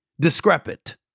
discrepant